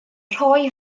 rhoi